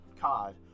card